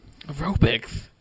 Aerobics